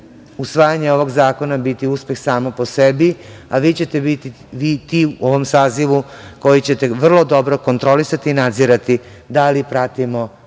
usvajanje ovog zakona biti uspeh sam po sebi, a vi ćete biti ti u ovom sazivu, koji ćete vrlo dobro kontrolisati i nadzirati da li pratimo